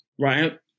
right